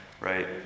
right